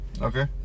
okay